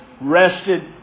rested